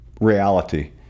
Reality